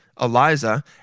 Eliza